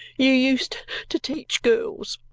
you used to teach girls,